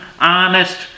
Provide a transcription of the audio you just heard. honest